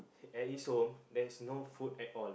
at his home there is no food at all